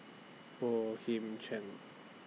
Boey Him Cheng